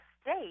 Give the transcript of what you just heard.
state